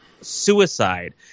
suicide